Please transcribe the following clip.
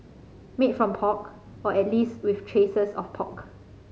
made from pork or at least with traces of pork